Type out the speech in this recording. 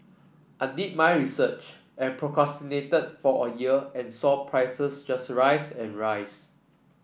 I did my research and procrastinated for a year and saw prices just rise and rise